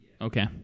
Okay